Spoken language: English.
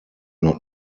not